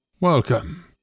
Welcome